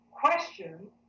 question